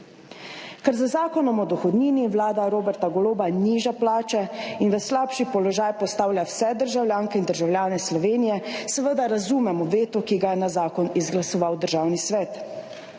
Ker z Zakonom o dohodnini Vlada Roberta Goloba niža plače in v slabši položaj postavlja vse državljanke in državljane Slovenije, seveda razumemo veto, ki ga je na zakon izglasoval Državni svet.